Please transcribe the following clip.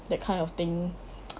that kind of thing